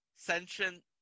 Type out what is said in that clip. sentient